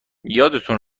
یادتون